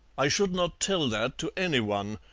i should not tell that to anyone,